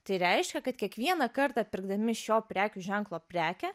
tai reiškia kad kiekvieną kartą pirkdami šio prekių ženklo prekę